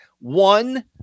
One